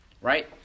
right